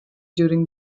during